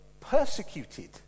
persecuted